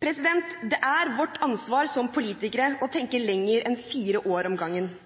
Det er vårt ansvar som politikere å tenke lenger enn fire